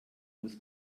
muss